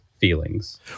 feelings